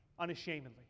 unashamedly